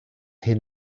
hyn